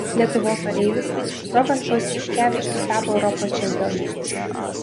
lietuvos oreivis rokas kostiuškevičius tapo europos čempionu